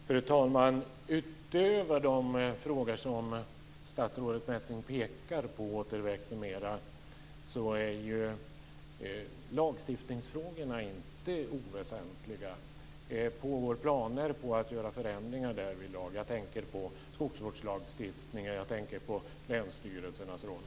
Fru talman! Utöver de frågor som statsrådet Messing pekar på, återväxt m.m., är ju lagstiftningsfrågorna inte oväsentliga. Det pågår planer på förändringar därvidlag. Jag tänker på skogsvårdslagstiftningen och länsstyrelsernas roll.